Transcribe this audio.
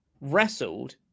wrestled